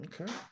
Okay